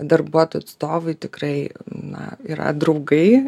darbuotojų atstovai tikrai na yra draugai